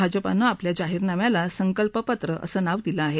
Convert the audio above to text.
भाजपानं आपल्या जाहीरनाम्याला संकल्पपत्र असं नाव दिलं आहे